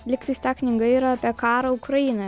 lyg tais ta knyga yra apie karą ukrainoje